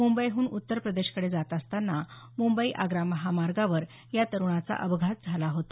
मुंबईहून उत्तर प्रदेशकडे जात असतांना मुंबई आग्रा महामार्गावर या तरुणाचा अपघात झाला होता